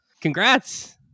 Congrats